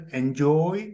enjoy